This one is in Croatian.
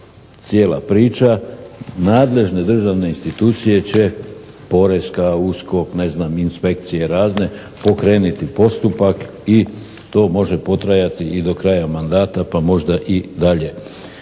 cijela priča. Nadležne državne institucije će, poreska, USKOK, ne znam inspekcije razne pokrenuti postupak, i to može potrajati i do kraja mandata, pa možda i dalje.